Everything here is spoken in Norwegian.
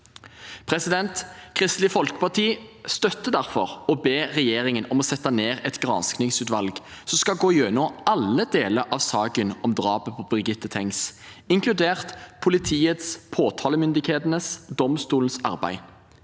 saken. Kristelig Folkeparti støtter derfor å be regjeringen om å sette ned et granskingsutvalg som skal gå gjennom alle deler av saken om drapet på Birgitte Tengs, inkludert politiets, påtalemyndighetens og domstolens arbeid.